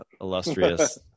illustrious